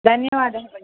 धन्यवादः भगिनी